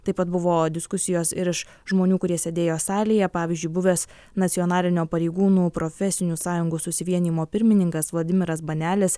taip pat buvo diskusijos ir iš žmonių kurie sėdėjo salėje pavyzdžiui buvęs nacionalinio pareigūnų profesinių sąjungų susivienijimo pirmininkas vladimiras banelis